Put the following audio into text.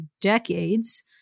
decades